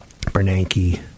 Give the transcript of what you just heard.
Bernanke